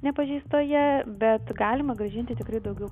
nepažeistoje bet galima grąžinti tikrai daugiau